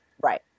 Right